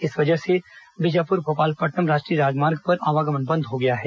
इस वजह से बीजापुर भोपालपट्टनम राष्ट्रीय राजमार्ग पर आवागमन बंद हो गया है